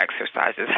exercises